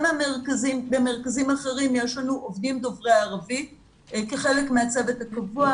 גם במרכזים אחרים יש לנו עובדים דוברי ערבית כחלק מהצוות הקבוע.